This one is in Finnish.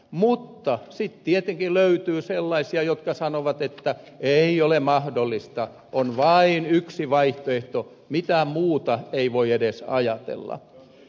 mutta sitten tietenkin löytyy sellaisia jotka sanovat että se ei ole mahdollista on vain yksi vaihtoehto mitään muuta ei voi edes ajatella